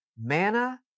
manna